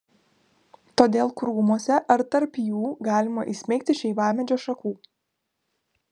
todėl krūmuose ar tarp jų galima įsmeigti šeivamedžio šakų